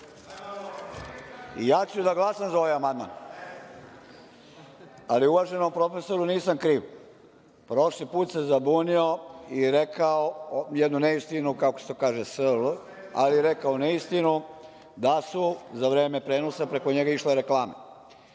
ja ću da glasam za ovaj amandman, ali uvaženom profesoru nisam kriv. Prošli put se zabunio i rekao jednu neistinu, kako se to kaže sl , ali je rekao neistinu da su za vreme prenosa preko njega išle reklame. Od